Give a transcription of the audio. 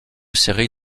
série